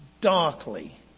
darkly